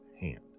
hand